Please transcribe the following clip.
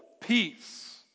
peace